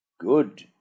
Good